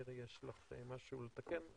מירי, יש לך מישהו לתקן?